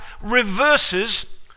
reverses